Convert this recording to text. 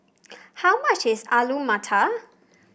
how much is Alu Matar